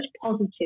positive